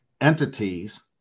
entities